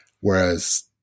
whereas